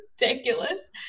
ridiculous